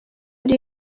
ari